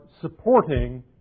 supporting